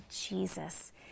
Jesus